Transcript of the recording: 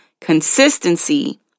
consistency